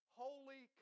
holy